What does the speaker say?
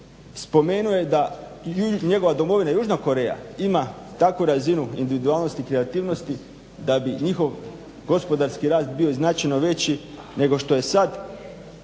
Spomenuo je da njegova domovina Južna Koreja ima takvu razinu individualnosti i kreativnosti da bi njihov gospodarski rast bio i značajno veći nego što je sad,